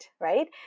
right